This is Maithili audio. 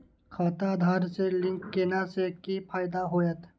खाता आधार से लिंक केला से कि फायदा होयत?